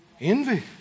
Envy